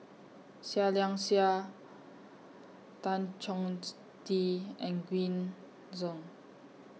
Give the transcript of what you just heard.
Seah Liang Seah Tan Chong Tee and Green Zeng